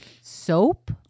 soap